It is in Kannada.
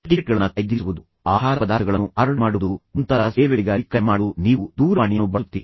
ಟಿಕೆಟ್ ಗಳನ್ನ ಕಾಯ್ದಿರಿಸುವುದು ಆಹಾರ ಪದಾರ್ಥಗಳನ್ನು ಆರ್ಡರ್ ಮಾಡುವುದು ಮುಂತಾದ ಸೇವೆಗಳಿಗಾಗಿ ಕರೆ ಮಾಡಲು ನೀವು ದೂರವಾಣಿಯನ್ನು ಬಳಸುತ್ತೀರಿ